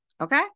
okay